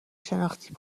شناختی